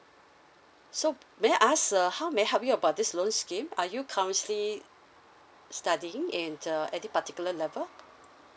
so may I ask uh how may I help you about this loan scheme are you currently studying in uh any particular level